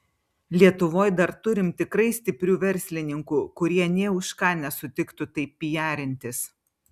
lietuvoj dar turim tikrai stiprių verslininkų kurie nė už ką nesutiktų taip pijarintis